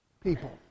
people